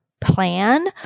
plan